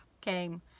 came